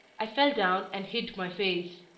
i fell down and hid my face.